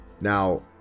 now